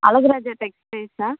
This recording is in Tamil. அழகு ராஜா டெக்ஸ்டைல்ஸா